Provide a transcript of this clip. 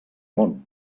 món